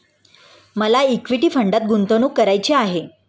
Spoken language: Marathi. मला इक्विटी फंडात गुंतवणूक करायची आहे